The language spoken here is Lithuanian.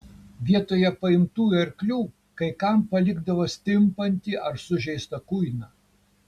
vietoje paimtųjų arklių kai kam palikdavo stimpantį ar sužeistą kuiną